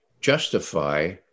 justify